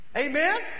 Amen